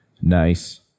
Nice